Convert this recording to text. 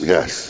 Yes